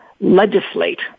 legislate